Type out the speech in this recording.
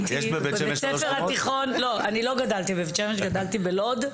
גדלתי בלוד,